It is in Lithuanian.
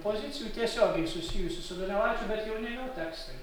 pozicijų tiesiogiai susijusių su donelaičiu bet jau ne jo tekstai